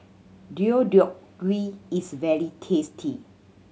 Deodeok Gui is very tasty